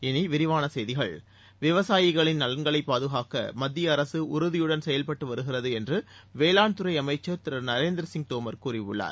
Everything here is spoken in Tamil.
இனி விரிவான செய்திகள் விவசாயிகளின் நலன்களைப் பாதுகாக்க மத்திய அரசு உறுதியுடன் செயல்பட்டு வருகிறது என்று வேளாண்துறை அமைச்சர் திரு நரேந்திர சிங் தோமர் கூறியுள்ளார்